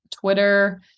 Twitter